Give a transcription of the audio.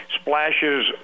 splashes